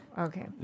Okay